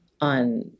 on